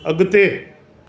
अॻिते